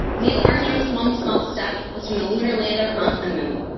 neil armstrong's one small step was from the lunar lander onto the moon,